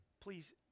Please